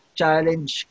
challenge